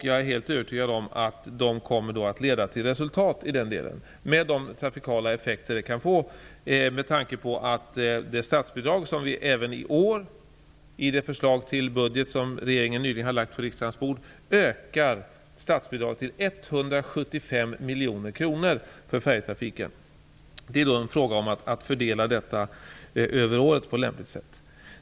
Jag är helt övertygad om att detta kommer att leda till resultat, med de trafikala effekter det kan få. Det statsbidrag till färjetrafiken som föreslås i det förslag till budget som regeringen nyligen lagt på riksdagens bord ökar även i år, till 175 miljoner kronor. Det blir då en fråga om att fördela detta över året på lämpligt sätt.